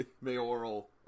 Mayoral